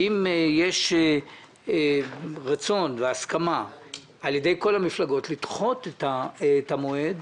אם יש רצון והסכמה על ידי כל המפלגות לדחות את המועד,